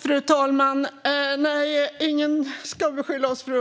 Fru talman! Nej, ingen ska beskylla oss för